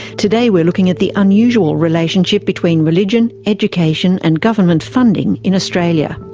today we're looking at the unusual relationship between religion, education and government funding in australia.